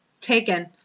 Taken